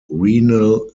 renal